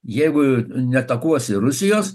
jeigu neatakuosi rusijos